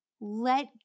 Let